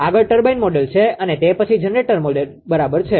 આગળ turbine model છે અને તે પછી જનરેટર મોડેલ બરાબર છે